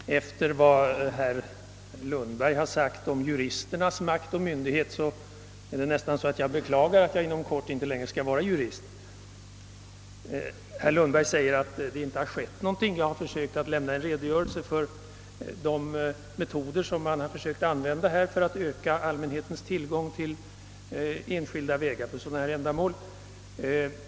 Herr talman! Efter vad herr Lundberg har yttrat om juristernas makt och befogenheter beklagar jag nästan att jag inom kort inte längre skall verka som jurist. Herr Lundberg gör gällande att det inte har skett någonting. Jag har försökt lämna en redogörelse för de metoder som man sökt använda för att öka allmänhetens tillgång till enskilda vägar för fritidsoch rekreationsändamål.